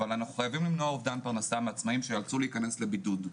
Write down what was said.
אבל אנחנו חייבים למנוע אובדן פרנסה מעצמאים שמחוייבים להיכנס לבידוד.